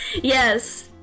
Yes